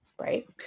right